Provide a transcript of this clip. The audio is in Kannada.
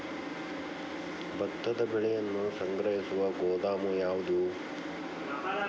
ಭತ್ತದ ಬೆಳೆಯನ್ನು ಸಂಗ್ರಹಿಸುವ ಗೋದಾಮು ಯಾವದು?